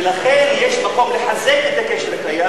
ולכן יש מקום לחזק את הגשר הקיים,